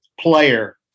player